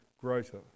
greater